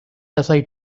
aside